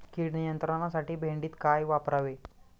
कीड नियंत्रणासाठी भेंडीत काय वापरावे?